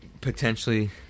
potentially